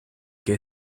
que